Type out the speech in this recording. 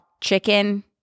chicken